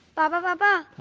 papa.